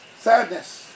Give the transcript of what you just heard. Sadness